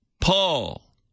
Paul